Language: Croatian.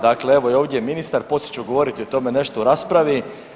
Dakle, evo ovdje je i ministar, poslije ću govoriti o tome nešto u raspravi.